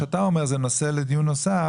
מה שאתה אומר זה נושא לדיון נוסף.